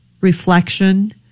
reflection